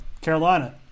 Carolina